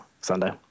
Sunday